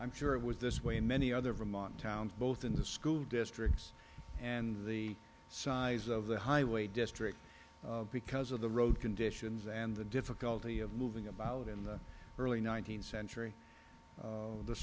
i'm sure it was this way many other vermont towns both in the school districts and the size of the highway district because of the road conditions and the difficulty of moving about in the early nineteenth century